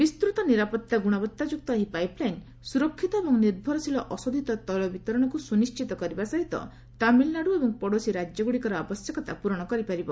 ବିସ୍ତୁତ ନିରାପତ୍ତା ଗୁଣବଉାଯୁକ୍ତ ଏହି ପାଇପଲାଇନ୍ ସୁରକ୍ଷିତ ଏବଂ ନିର୍ଭରଶୀଳ ଅଶୋଧିତ ତୈଳ ବିତରଣକୁ ସୁନିଶ୍ଚିତ କରିବା ସହିତ ତାମିଲନାଡୁ ଏବଂ ପଡୋଶୀ ରାଜ୍ୟଗୁଡିକ ଆବଶ୍ୟକତା ପୂରଣ କରିପାରିବ